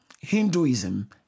Hinduism